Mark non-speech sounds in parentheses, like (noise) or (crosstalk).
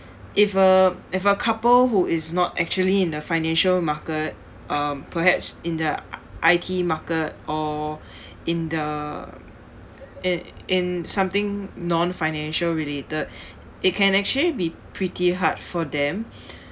if a if a couple who is not actually in the financial market um perhaps in the I~ I_T market or (breath) in the in in something non-financial related (breath) it can actually be pretty hard for them (breath)